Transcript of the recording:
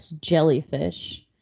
jellyfish